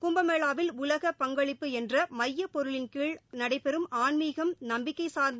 கும்பமேளாவில் உலக பங்களிப்பு என்ற மையப்பொருளின் கீழ் நடைபெறும் ஆன்மீக நம்பிக்கை சார்ந்த